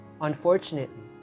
Unfortunately